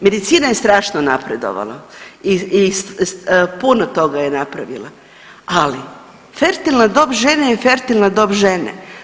Medicina je strašno napredovala i puno toga je napravila, ali fertilna dob žene je fertilna dob žene.